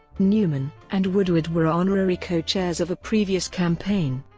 newman and woodward were honorary co-chairs of a previous campaign.